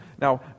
Now